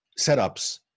setups